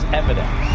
evidence